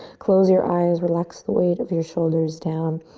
close your eyes, relax the weight of your shoulders down